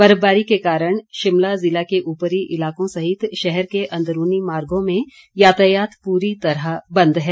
बर्फबारी के कारण शिमला ज़िला के ऊपरी इलाकों सहित शहर के अंदरूनी मार्गो में यातायात पूरी तरह बंद है